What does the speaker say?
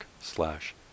slash